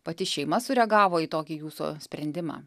pati šeima sureagavo į tokį jūsų sprendimą